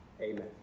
Amen